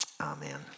Amen